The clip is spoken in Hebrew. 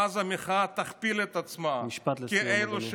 ואז המחאה תכפיל את עצמה, משפט לסיום, אדוני.